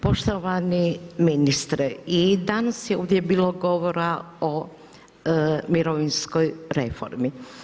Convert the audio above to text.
Poštovani ministre i danas je ovdje bilo govora o mirovinskoj reformi.